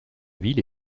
ville